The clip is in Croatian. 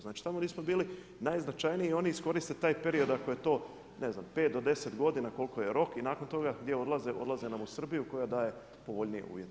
Znači tamo gdje smo bili najznačajniji i oni iskoriste taj period ako je to ne znam 5 do 10 godina koliko je rok i nakon toga gdje odlaze, odlaze nam u Srbiju koja daje povoljnije uvjete.